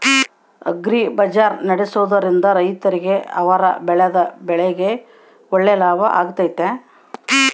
Agri ಬಜಾರ್ ನಡೆಸ್ದೊರಿಂದ ರೈತರಿಗೆ ಅವರು ಬೆಳೆದ ಬೆಳೆಗೆ ಒಳ್ಳೆ ಲಾಭ ಆಗ್ತೈತಾ?